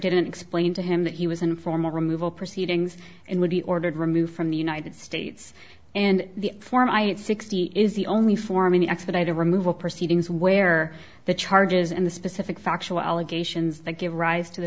didn't explain to him that he was an informal removal proceedings and would be ordered removed from the united states and the form i had sixty is the only form an expedited removal proceedings where the charges and the specific factual allegations that give rise to the